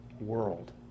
world